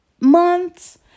months